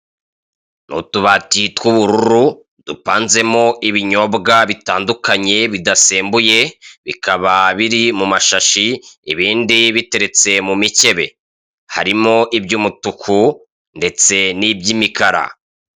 Utubati tw'ubururu dupanzemo ibinyobwa bitandukanye bidasembuye bikaba biri mu mashashi ibindi biteretse mu mikebe, harimo iby'umutuku ndetse n'iby'imikara.